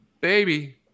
Baby